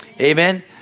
Amen